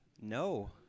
No